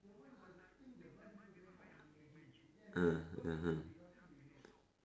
ah (uh huh)